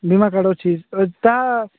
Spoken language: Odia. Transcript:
ବୀମା କାର୍ଡ୍ ଅଛି ତା